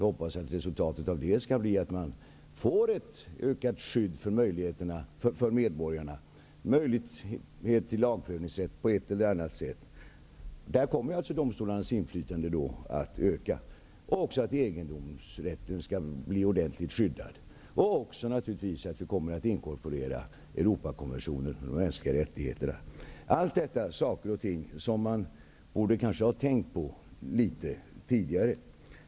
Jag hoppas att resultatet av det arbetet blir ett ökat skydd för medborgarna med möjlighet till lagprövningsrätt på ett eller annat sätt -- där kommer domstolarnas inflytande att öka -- och att egendomsrätten blir ordentligt skyddad och att Allt detta utgör sådant man borde ha tänkt på litet tidigare.